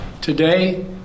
Today